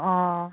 অঁ